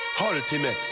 Ultimate